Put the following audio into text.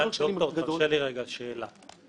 ד"ר, תרשה לי רגע לשאול שאלה.